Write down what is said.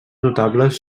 notables